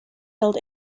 held